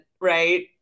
Right